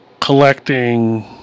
Collecting